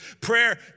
Prayer